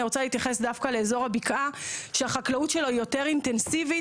אני רוצה להתייחס דווקא לאזור הבקעה שהחקלאות שלו היא יותר אינטנסיבית,